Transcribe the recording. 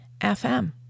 FM